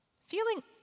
feeling